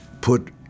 put